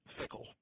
fickle